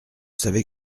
savez